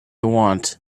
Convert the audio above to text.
want